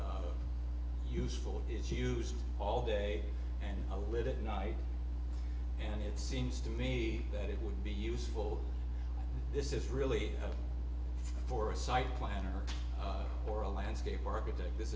useful is used all day and a little at night and it seems to me that it would be useful this is really for a site planner or a landscape architect this